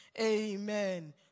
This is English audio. Amen